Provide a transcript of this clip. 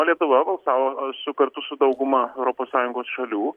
lietuva balsavo su kartu su dauguma europos sąjungos šalių